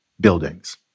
buildings